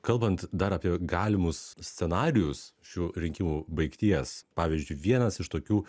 kalbant dar apie galimus scenarijus šių rinkimų baigties pavyzdžiui vienas iš tokių